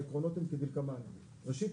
העקרונות הם כדלקמן: ראשית,